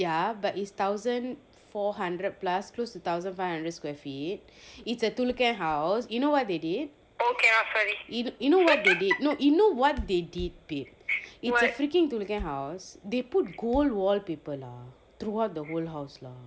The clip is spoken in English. ya but is thousand four hundred plus close to thousand five hundred square feet it's a thulukke house you know what they did eh you know what they did babe it's a freaking thulukke house they put gold wallpaper lah throughout the whole house lah